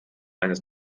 eines